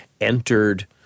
entered